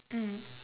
mm